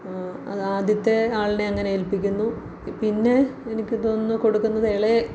അതാദ്യത്തെ ആളിനെ അങ്ങനേൽപ്പിക്കുന്നു പിന്നെ എനിക്ക് തോന്നുന്നു കൊടുക്കുന്നത് ഇളയ